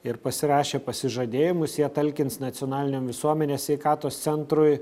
ir pasirašę pasižadėjimus jie talkins nacionaliniam visuomenės sveikatos centrui